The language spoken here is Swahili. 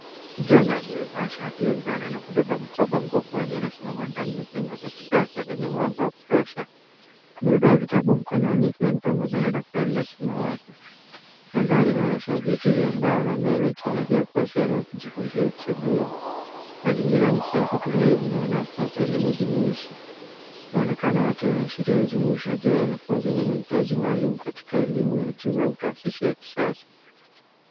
Kijana aliyevaa shati ya njano na kubeba mkoba mgongoni anasimama ndani ya jengo la kisasa lenye mwanga wa kutosha. Amebeba vitabu mkononi ikiwa ni pamoja na daftari la samawati. Mandhari inaonyesha viti vya mbao na meza ikielekea kuwa sehemu ya kujifunzia au kusubiri. Mazingira ni safi, tulivu na yanayofaa kwa elimu jumuishi. Muonekano wake unaashiria ujumuishaji wa wanafunzi wenye mahitaji maalumu katika elimu ya juu au taasisi ya kisasa.